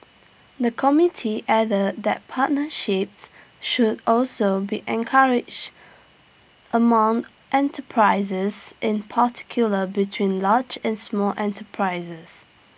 the committee added that partnerships should also be encouraged among enterprises in particular between large and small enterprises